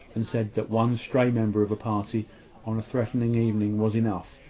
and said that one stray member of a party on a threatening evening was enough.